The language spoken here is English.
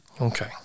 Okay